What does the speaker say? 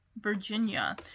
Virginia